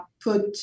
put